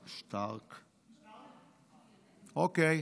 שְׁטַרְקְמָן אוקיי,